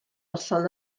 noson